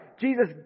Jesus